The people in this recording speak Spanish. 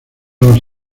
los